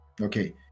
okay